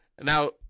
Now